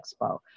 Expo